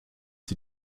sie